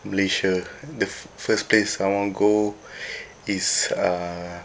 malaysia the first place I want go is uh